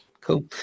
Cool